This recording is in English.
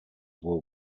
were